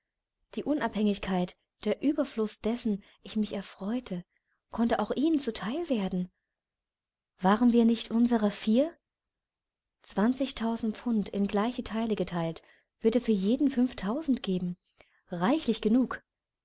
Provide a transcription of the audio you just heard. die unabhängigkeit der überfluß dessen ich mich erfreute konnte auch ihnen zu teil werden waren wir nicht unserer vier zwanzigtausend pfund in gleiche teile geteilt würde für jeden fünftausend geben reichlich genug